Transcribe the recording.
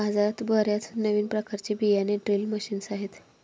बाजारात बर्याच नवीन प्रकारचे बियाणे ड्रिल मशीन्स आहेत